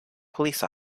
police